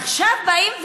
עכשיו באים ואומרים: